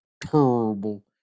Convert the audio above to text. Terrible